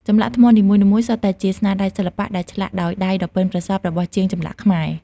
ចម្លាក់ថ្មនីមួយៗសុទ្ធតែជាស្នាដៃសិល្បៈដែលឆ្លាក់ដោយដៃដ៏ប៉ិនប្រសប់របស់ជាងចម្លាក់ខ្មែរ។